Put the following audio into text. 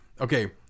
okay